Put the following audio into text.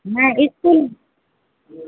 न इस्कूल